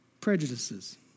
prejudices